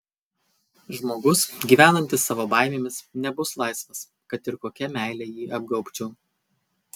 žmogus gyvenantis savo baimėmis nebus laisvas kad ir kokia meile jį apgaubčiau